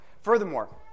Furthermore